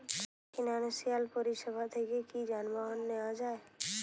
Financial পরিসেবা থেকে কি যানবাহন নেওয়া যায়?